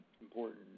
important